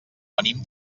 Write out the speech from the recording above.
venim